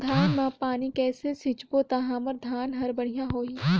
धान मा पानी कइसे सिंचबो ता हमर धन हर बढ़िया होही?